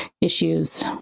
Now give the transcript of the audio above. issues